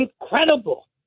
Incredible